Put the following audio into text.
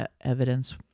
evidence